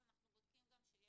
אז אנחנו בודקים גם שיש